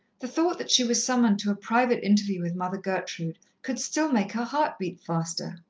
the thought that she was summoned to a private interview with mother gertrude could still make her heart beat faster.